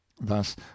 thus